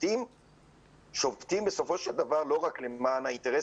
השובתים שובתים בסופו של דבר לא רק למען האינטרס